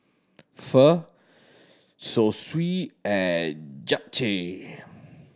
Pho Zosui and Japchae